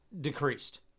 decreased